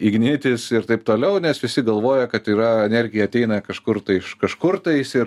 ignitis ir taip toliau nes visi galvoja kad yra energija ateina kažkur tai iš kažkur tais ir